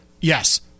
Yes